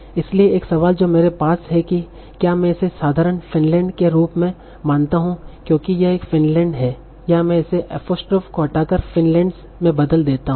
इसलिए एक सवाल जो मेरे पास है कि क्या मैं इसे साधारण फिनलैंड के रूप में मानता हूं क्योंकि यह फिनलैंड' है या मैं इसे एपोस्ट्रोफ को हटाकर फिनलैंडस में बदल देता हूं